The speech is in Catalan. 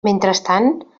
mentrestant